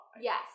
Yes